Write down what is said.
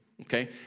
Okay